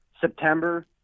September